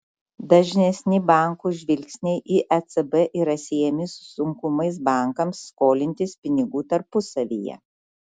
dažnesni bankų žvilgsniai į ecb yra siejami su sunkumais bankams skolintis pinigų tarpusavyje